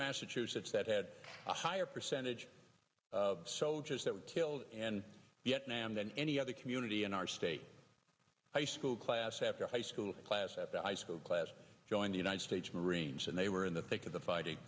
massachusetts that had a higher percentage of soldiers that were killed and viet nam than any other community in our state high school class after high school class at the high school class going to united states marines and they were in the thick of the fighting